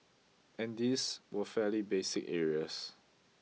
and these were fairly basic areas